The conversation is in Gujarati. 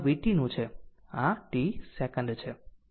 તો આ vt નું છે આ t સેકંડ છે